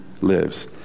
lives